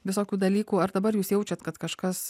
visokių dalykų ar dabar jūs jaučiat kad kažkas